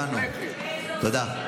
הבנו, תודה.